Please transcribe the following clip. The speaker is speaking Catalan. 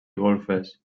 golfes